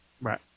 Right